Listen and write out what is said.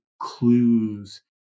clues